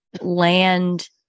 land